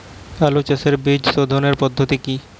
আলু চাষের বীজ সোধনের পদ্ধতি কি?